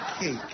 Cake